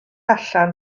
allan